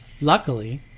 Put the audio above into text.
Luckily